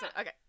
Okay